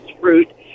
fruit